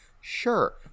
Sure